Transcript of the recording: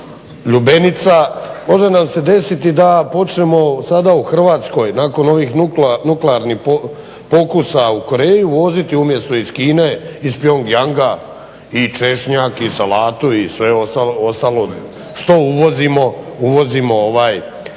lubenica, može nam se desiti da počnemo sada u Hrvatkoj nakon ovih nuklearnih pokusa u Koreji uvoziti umjesto iz Kine iz Pjong Jang i češnjak i salatu i sve ostalo što uvozimo iz